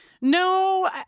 No